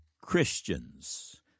Christians